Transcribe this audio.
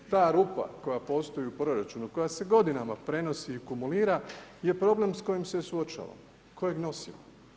Ta rupa koja postoji u proračunu, koja se godinama prenosi i akumulira je problem s kojim se suočavamo, kojeg nosimo.